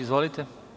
Izvolite.